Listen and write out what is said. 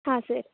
ಹಾಂ ಸರ್